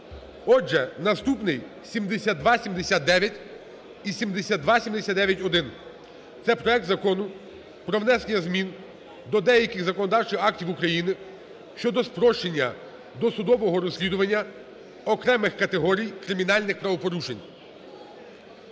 Отже, наступний: 7279 і 7279-1 – це проект Закону про внесення змін до деяких законодавчих актів України щодо спрощення досудового розслідування окремих категорій кримінальних правопорушень.